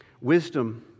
Wisdom